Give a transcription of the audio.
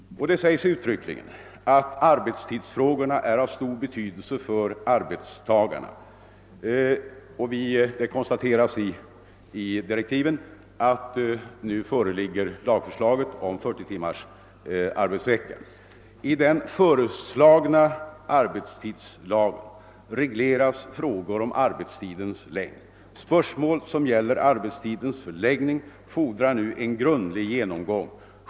Arbetstidsfrågorna är av stor betydelse för arbetstagarna, och det konstateras i direktiven att lagförslaget om 40 timmars arbetsvecka föreligger. I den föreslagna arbetstidslagen regleras frågor om arbetstidens längd. Spörsmål som gäller arbetstidens förläggning fordrar nu en grundlig genomgång.